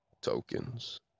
tokens